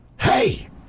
Hey